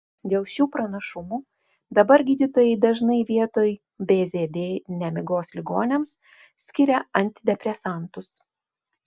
dėl šių pranašumų dabar gydytojai dažnai vietoj bzd nemigos ligoniams skiria antidepresantus